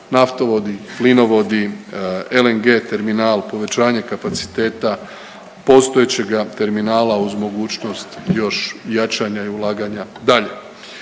naftovodi, plinovodi, LNG terminal, povećanje kapaciteta postojećega terminala uz mogućnost još jačanja i ulaganja dalje.